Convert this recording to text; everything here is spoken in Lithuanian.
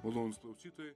malonūs klausytojai